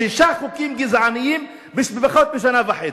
שישה חוקים גזעניים בפחות משנה וחצי.